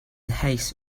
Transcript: haste